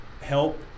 help